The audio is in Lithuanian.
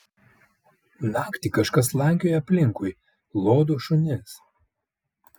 naktį kažkas slankioja aplinkui lodo šunis